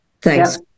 Thanks